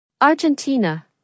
Argentina